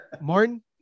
Martin